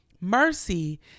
Mercy